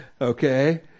Okay